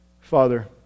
Father